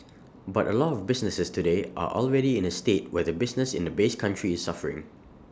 but A lot of businesses today are already in A state where the business in the base country is suffering